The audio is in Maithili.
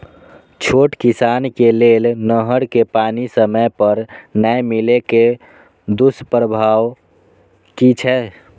छोट किसान के लेल नहर के पानी समय पर नै मिले के दुष्प्रभाव कि छै?